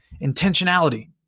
Intentionality